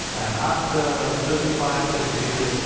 and after thirty five thirty six years,